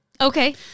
Okay